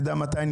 אנחנו